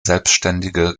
selbständige